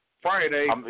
Friday